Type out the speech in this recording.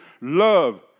love